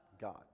God